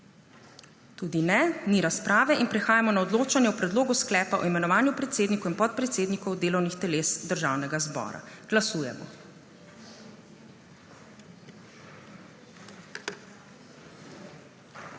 Tudi ne. Ni razprave in prehajamo na odločanje o Predlogu sklepa o imenovanju predsednikov in podpredsednikov delovnih teles Državnega zbora. Glasujemo.